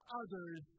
others